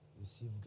Receive